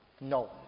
No